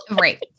Right